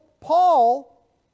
Paul